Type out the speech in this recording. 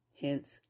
Hence